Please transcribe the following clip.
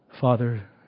Father